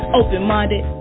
open-minded